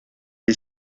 est